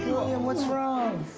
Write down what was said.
what's wrong?